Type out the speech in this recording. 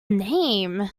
name